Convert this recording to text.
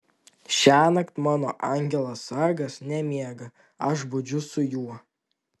šiąnakt mano angelas sargas nemiega aš budžiu su juo